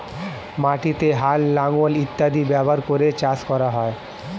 মাটিতে হাল, লাঙল ইত্যাদি ব্যবহার করে চাষ করা হয়